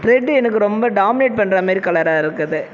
red எனக்கு ரொம்ப dominate பண்ணுற மாதிரி கலராக இருக்குது